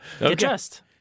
Adjust